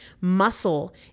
Muscle